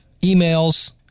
emails